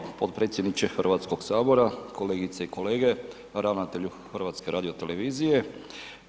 Hvala potpredsjedniče Hrvatskog sabora, kolegice i kolege, ravnatelju HRT-a.